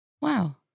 Wow